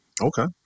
Okay